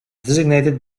designated